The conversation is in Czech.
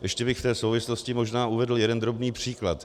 Ještě bych v té souvislosti možná uvedl jeden drobný příklad.